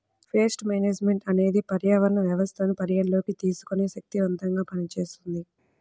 paste management అనేది పర్యావరణ వ్యవస్థను పరిగణలోకి తీసుకొని శక్తిమంతంగా పనిచేస్తుంది